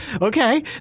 Okay